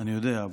אני יודע.